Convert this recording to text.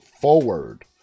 forward